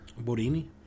Borini